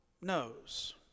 knows